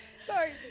Sorry